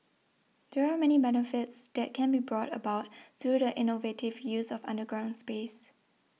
there are many benefits that can be brought about through the innovative use of underground space